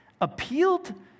appealed